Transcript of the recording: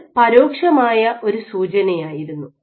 ഇത് പരോക്ഷമായ ഒരു സൂചന ആയിരുന്നു